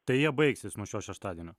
tai jie baigsis nuo šio šeštadienio